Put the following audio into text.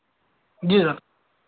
जी sir